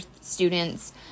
students